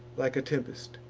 like a tempest,